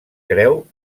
creu